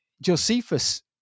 Josephus